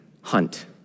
hunt